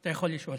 אתה יכול לשאול.